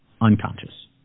unconscious